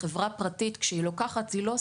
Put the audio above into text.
בחברה פרטית זה לא מכרז.